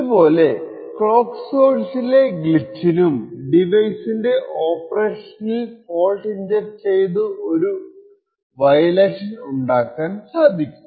ഇതുപോലെ ക്ലോക്ക് സോഴ്സിലെ ഗ്ലിച്ചിനും ഡിവൈസിന്റെ ഓപ്പറേഷനിൽ ഫോൾട്ട് ഇൻജെക്റ്റ് ചെയ്തു ഒരു വയലേഷൻ ഉണ്ടാക്കാൻ സാധിക്കും